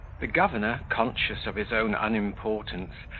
the governor, conscious of his own unimportance,